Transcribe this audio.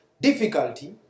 difficulty